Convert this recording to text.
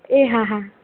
એ હાહા